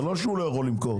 זה לא שהוא לא יכול למכור.